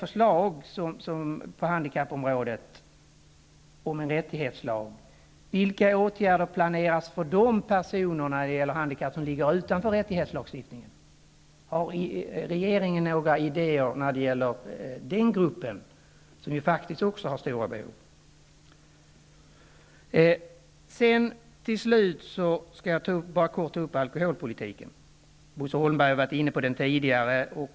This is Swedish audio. Med tanke på förslaget om en rättighetslag -- vilka åtgärder planeras för de personer med handikapp som ligger utanför rättighetslagstiftningen? Har regeringen några idéer när det gäller den gruppen, som faktiskt också har stora behov? Till slut skall jag bara kort ta upp alkoholpolitiken -- Bosse Holmberg har tidigare varit inne på den.